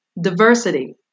diversity